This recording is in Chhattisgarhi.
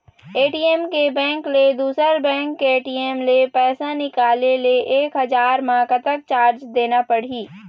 ए.टी.एम के बैंक ले दुसर बैंक के ए.टी.एम ले पैसा निकाले ले एक हजार मा कतक चार्ज देना पड़ही?